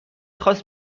خواست